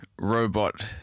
robot